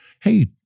Hey